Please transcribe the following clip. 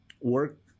Work